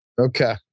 Okay